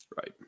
Right